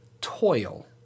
toil